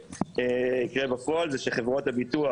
בפועל חברות הביטוח